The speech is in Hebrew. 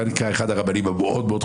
הוא היה נקרא אחד הרבנים המאוד מאוד חשובים,